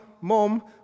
Mom